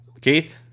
Keith